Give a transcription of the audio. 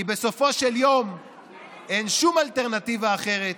כי בסופו של יום אין שום אלטרנטיבה אחרת